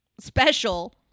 special